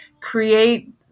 create